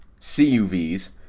CUVs